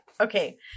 Okay